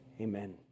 Amen